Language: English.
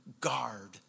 guard